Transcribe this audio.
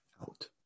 out